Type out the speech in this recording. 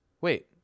Wait